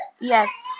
Yes